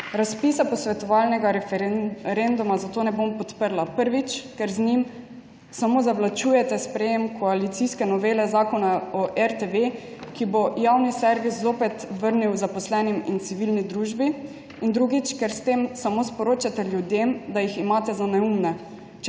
Razpisa posvetovalnega referenduma zato ne bom podprla. Prvič, ker z njim samo zavlačujete sprejetje koalicijske novele Zakona o RTV, ki bo javni servis zopet vrnil zaposlenim in civilni družbi. In drugič, ker s tem samo sporočate ljudem, da jih imate za neumne.